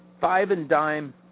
five-and-dime